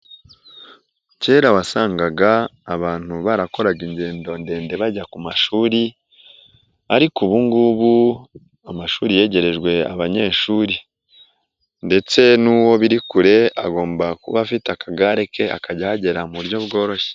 Kera wasangaga abantu barakoraga ingendo ndende bajya ku mashuri ariko ubungubu amashuri yegerejwe abanyeshuri, ndetse n'uwo biri kure agomba kuba afite akagare ke akajya ahagera mu buryo bworoshye.